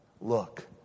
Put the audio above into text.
Look